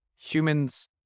humans